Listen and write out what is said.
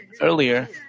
Earlier